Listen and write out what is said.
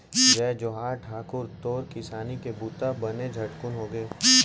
जय जोहार ठाकुर, तोर किसानी के बूता बने झटकुन होगे?